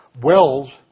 wells